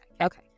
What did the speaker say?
okay